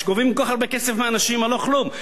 שגובים כל כך הרבה כסף על לא כלום.